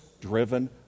Driven